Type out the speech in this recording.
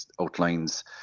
outlines